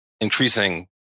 increasing